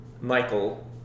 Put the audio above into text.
Michael